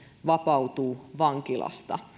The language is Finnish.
vapautuu vankilasta